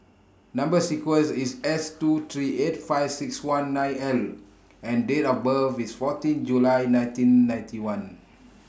Number sequence IS S two three eight five six one nine L and Date of birth IS fourteen July nineteen ninety one